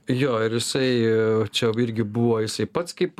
jo ir jisai čia irgi buvo jisai pats kaip